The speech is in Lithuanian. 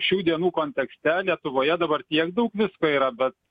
šių dienų kontekste lietuvoje dabar tiek daug visko yra bet